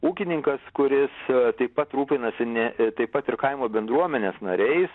ūkininkas kuris taip pat rūpinasi ne taip pat ir kaimo bendruomenės nariais